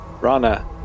Rana